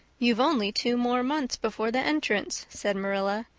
you've only two more months before the entrance, said marilla.